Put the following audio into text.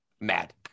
mad